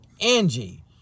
Angie